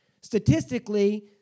statistically